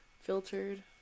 filtered